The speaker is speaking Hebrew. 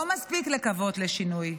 לא מספיק לקוות לשינוי,